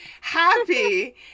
happy